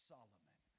Solomon